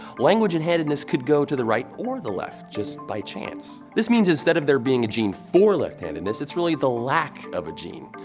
language and handedness could go to the right or left, just by chance. this means instead of their being a gene for left-handedness, it's really the lack of a gene.